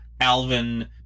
Alvin